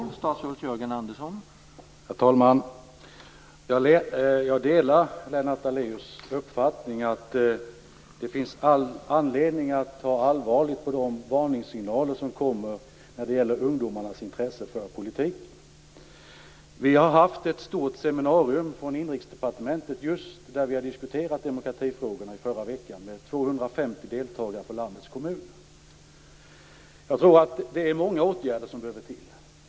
Herr talman! Jag delar Lennart Daléus uppfattning att det finns all anledning att ta allvarligt på de varningssignaler som kommer när det gäller ungdomarnas intresse för politiken. Vi hade ett stort seminarium i förra veckan på Inrikesdepartementet där vi just diskuterade demokratifrågorna med 250 deltagare från landets kommuner. Jag tror att det är många åtgärder som behöver vidtas.